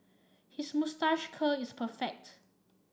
his moustache curl is perfect